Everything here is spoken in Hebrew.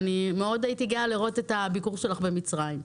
אני התגאיתי מאוד לראות את הביקור שלך במצרים.